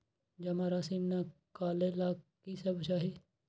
जमा राशि नकालेला कि सब चाहि?